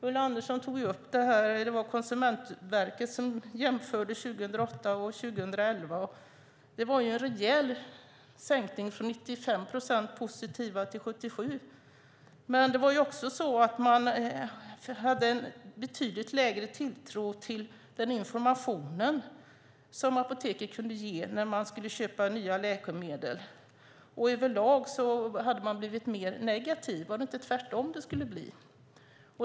Ulla Andersson tog upp att Konsumentverket jämförde 2008 och 2011. Det var en rejäl sänkning - från 95 procent positiva till 77 procent. Det var också så att man hade en betydligt lägre tilltro till den information apoteken kunde ge när man skulle köpa nya läkemedel. Över lag hade man blivit mer negativ. Var det inte tvärtom det skulle bli?